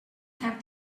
have